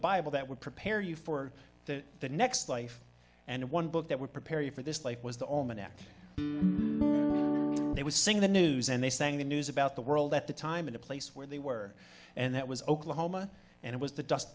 bible that would prepare you for the next life and one book that would prepare you for this life was the omen and it was sing the news and they sang the news about the world at the time in a place where they were and that was oklahoma and it was the dust